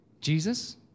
Jesus